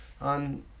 on